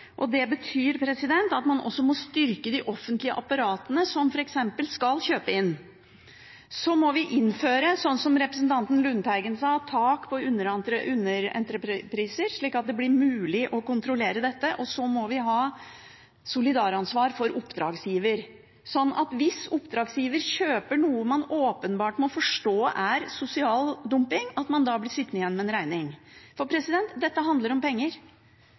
og det betyr at man også må styrke de offentlige apparatene som f.eks. skal kjøpe inn. Så må vi innføre, som representanten Lundteigen sa, tak på underentrepriser, slik at det blir mulig å kontrollere dette. Og så må vi ha solidaransvar for oppdragsgiver, sånn at hvis oppdragsgiver kjøper noe man åpenbart må forstå er sosial dumping, blir man sittende igjen med regninga. Dette handler om penger.